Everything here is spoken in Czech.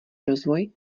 rozvoj